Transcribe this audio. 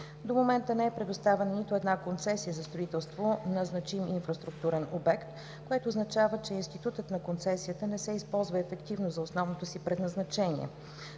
До момента не е предоставена нито една концесия за строителство за значим инфраструктурен обект, което означава, че институтът на концесията не се използва ефективно за основното си предназначение